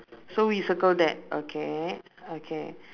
so we circle that okay okay